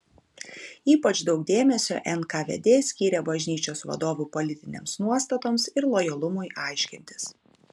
ypač daug dėmesio nkvd skyrė bažnyčios vadovų politinėms nuostatoms ir lojalumui aiškintis